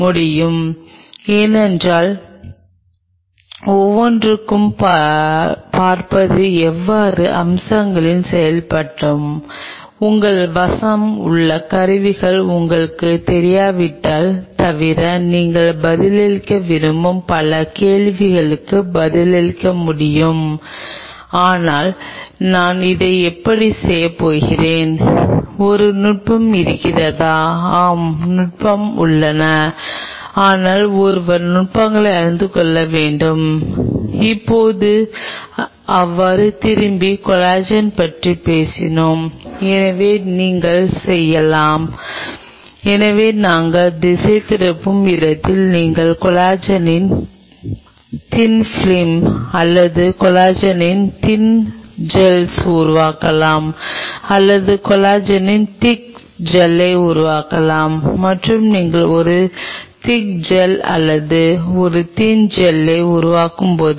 இது எலெக்ட்ரோஸ்டாடிக் இடைவினை ஆகும் இது சப்ஸ்ர்டேட் வைத்திருப்பது உங்களுக்குத் தெரியும் அதைத் தொடர்ந்து அந்த நேர சாளரத்தை நிலைநிறுத்துகிறது இது உங்களுக்குத் தெரிந்ததைப் போன்றது ஒரு சாய்வு இருப்பதைப் போல அல்லது நீங்கள் நகரும் ஏதோ ஒன்று இருக்கிறது ஆனால் நீங்கள் ஒரு புள்ளியைப் பிடித்துக் கொள்ள சிறிது நேரம் கிடைக்கும் இதற்கிடையில் நீங்கள் என்ன செய்கிறீர்கள் உங்கள் ஜெனெடிக் மெஷினேரி நீங்கள் சப்ஸ்ர்டேட் எக்ஸ்ட்ராசெல்லுலர் மேட்ரிக்ஸை உருவாக்கத் தொடங்குகிறீர்கள் இது ஒரு சிறந்த நங்கூரம்